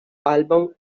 album